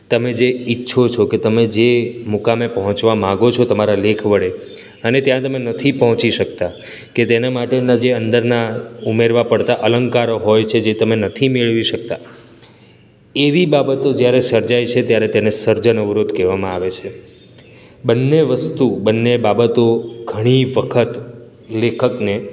તમે જે ઇચ્છો છો કે તમે જે મુકામે પહોંચવા માગો છો તમારા લેખ વડે અને ત્યાં તમે નથી પહોંચી શકતા કે તેના માટેના જે અંદરના ઉમેરવા પડતા અલંકારો હોય છે જે તમે નથી મેળવી શકતા એવી બાબતો જ્યારે સર્જાય છે ત્યારે તેને સર્જન અવરોધ કહેવામાં આવે છે બંને વસ્તુ બંને બાબતો ઘણી વખત લેખકને